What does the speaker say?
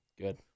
Good